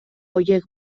horiek